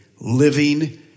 living